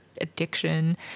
addiction